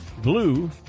Blue